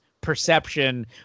perception